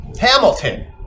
Hamilton